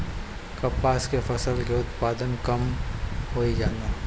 कपास के फसल के उत्पादन कम होइ जाला?